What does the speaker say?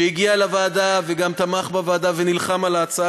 שהגיע לוועדה וגם תמך בוועדה ונלחם על ההצעה